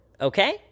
okay